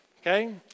Okay